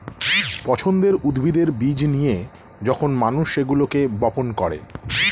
পছন্দের উদ্ভিদের বীজ নিয়ে যখন মানুষ সেগুলোকে বপন করে